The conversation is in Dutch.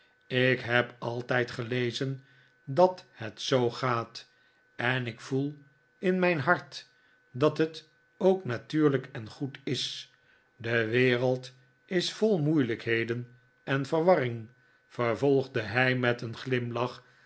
ik heb altijd gelezen dat bet zoo gaat en ik voel in mijn hart dat het ook natuurlijk en goed is de wereld is vol moeilijkheden en verwarring vervolgde hij met een glimlach